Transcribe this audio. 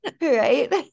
Right